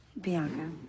Bianca